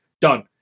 done